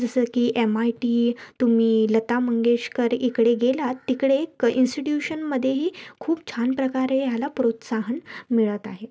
जसं की M I T तुम्ही लता मंगेशकर इकडे गेलात तिकडे कसं इन्स्टिट्यूशनमध्येही खूप छान प्रकारे ह्याला प्रोत्साहन मिळत आहे